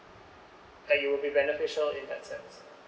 like it will be beneficial in that sense